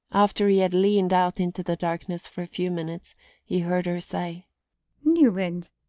after he had leaned out into the darkness for a few minutes he heard her say newland!